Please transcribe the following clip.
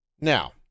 Now